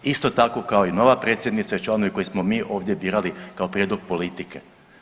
Isto tako kao i nova predsjednica i članovi koje smo mi ovdje birali kao prijedlog politike.